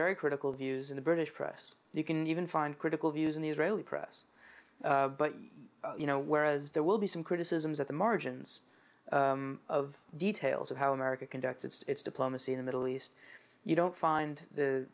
very critical views in the british press you can even find critical views in the israeli press but you know whereas there will be some criticisms at the margins of details of how america conducts its diplomacy in the middle east you don't find